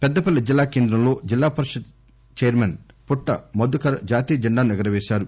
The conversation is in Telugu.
పెద్గపల్లి జిల్లా కేంద్రంలో జిల్లా పరిషత్ చైర్మస్ పుట్ట మధుకర్ జాతీయ జెండాను ఎగురవేశారు